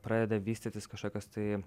pradeda vystytis kažkokios tai